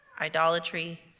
idolatry